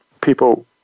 people